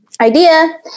idea